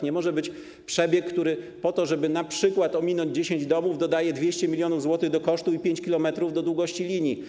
Nie może być przebieg, który po to, żeby np. ominąć 10 domów, dodaje 200 mln zł do kosztu i 5 km do długości linii.